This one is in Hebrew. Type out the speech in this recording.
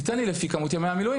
תן לי לפי כמות ימי המילואים.